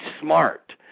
smart